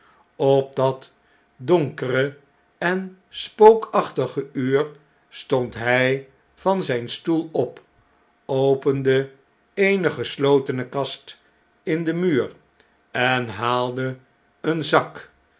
op dat donkere en spookachtige uur stondhij van zijn stoel op opende eene geslotene kast in den muur en haalde een zak